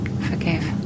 forgive